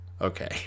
okay